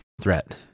threat